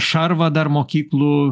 šarvą dar mokyklų